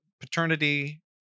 paternity